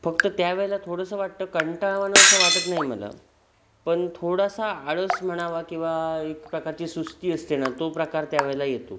फक्त त्यावेळेला थोडंसं वाटतं कंटाळवाणं असं वाटत नाही मला पण थोडासा आळस म्हणावा किंवा एक प्रकारची सुस्ती असते ना तो प्रकार त्यावेळेला येतो